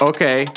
Okay